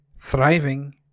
Thriving